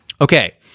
Okay